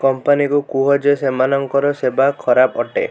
କମ୍ପାନୀକୁ କୁହ ଯେ ସେମାନଙ୍କର ସେବା ଖରାପ ଅଟେ